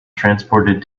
transported